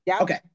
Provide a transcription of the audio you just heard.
Okay